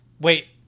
wait